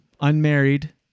unmarried